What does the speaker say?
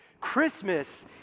Christmas